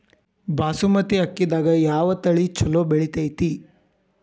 ಬಾಸುಮತಿ ಅಕ್ಕಿದಾಗ ಯಾವ ತಳಿ ಛಲೋ ಬೆಳಿತೈತಿ?